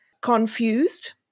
confused